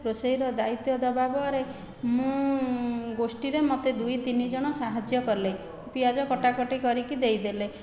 ରୋଷେଇର ଦାୟିତ୍ୱ ଦେବା ପରେ ମୁଁ ଗୋଷ୍ଠିରେ ମୋତେ ଦୁଇ ତିନି ଜଣ ସାହାଯ୍ୟ କଲେ ପିଆଜ କଟାକଟି କରିକି ଦେଇଦେଲେ